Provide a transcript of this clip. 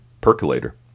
Percolator